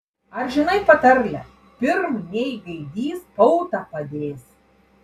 ar žinai patarlę pirm nei gaidys pautą padės